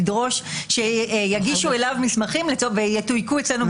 עכשיו לדרוש שיגישו אליו מסמכים והם יתויקו אצלו.